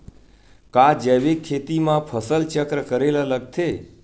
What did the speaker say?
का जैविक खेती म फसल चक्र करे ल लगथे?